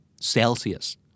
Celsius